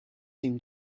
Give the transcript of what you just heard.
seem